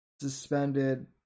suspended